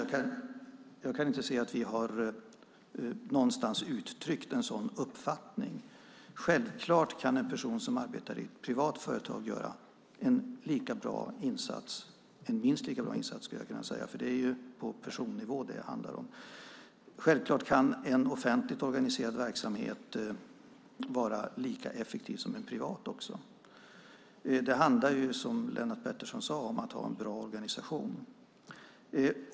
Jag kan inte se att vi någonstans har uttryckt en sådan uppfattning. Självklart kan en person som arbetar i ett privat företag göra en minst lika bra insats. Det handlar ju om personer. Självklart kan också en offentligt organiserad verksamhet vara lika effektiv som en privat. Det handlar, som Lennart Pettersson sade, om att ha en bra organisation.